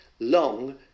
long